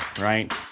right